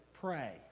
pray